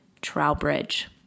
Trowbridge